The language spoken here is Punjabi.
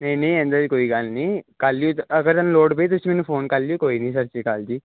ਨਹੀਂ ਨਹੀਂ ਇਹਦੇ 'ਚ ਕੋਈ ਗੱਲ ਨਹੀਂ ਕੱਲ੍ਹ ਈ ਅਗਰ ਲੋੜ ਪਈ ਤੁਸੀਂ ਮੈਨੂੰ ਫੋਨ ਕਰ ਲਿਓ ਕੋਈ ਨਹੀਂ ਸਤਿ ਸ਼੍ਰੀ ਅਕਾਲ ਜੀ